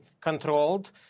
controlled